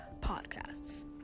podcasts